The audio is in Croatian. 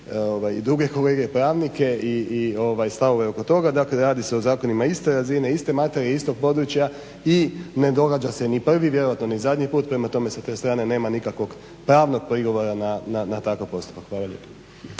i druge kolege pravnike i stavove oko toga. Dakle, radi se o zakonima iste razine, iste materije, istog područja i ne događa se ni prvi, vjerojatno ni zadnji put. Prema tome, sa te strane nema nikakvog pravnog prigovora na takav postupak. Hvala lijepa.